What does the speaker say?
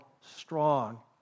strong